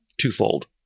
twofold